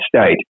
state